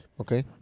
Okay